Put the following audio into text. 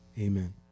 amen